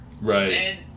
Right